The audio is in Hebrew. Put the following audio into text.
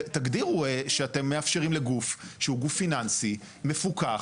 תגדירו שאתם מאפשרים לגוף שהוא גוף פיננסי מפוקח,